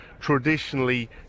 traditionally